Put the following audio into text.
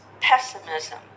pessimism